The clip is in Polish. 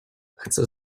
chcę